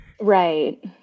Right